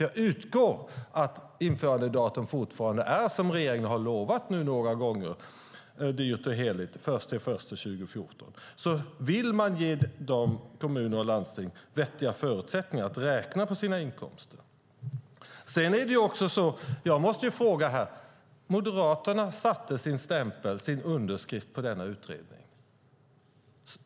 Jag utgår från att införandedatumet fortfarande är det som regeringen dyrt och heligt har lovat några gånger, nämligen den 1 januari 2014. Vill man ge kommuner och landsting vettiga förutsättningar att räkna på sina inkomster? Moderaterna satte sin stämpel, sin underskrift, på denna utredning.